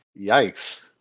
Yikes